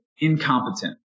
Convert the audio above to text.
incompetent